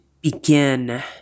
begin